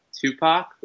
Tupac